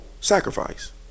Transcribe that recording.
sacrifice